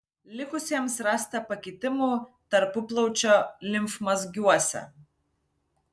likusiems rasta pakitimų tarpuplaučio limfmazgiuose